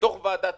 בתוך ועדת